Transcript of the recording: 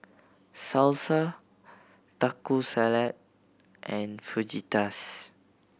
Salsa Taco Salad and Fajitas